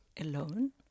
alone